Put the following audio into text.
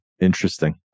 Interesting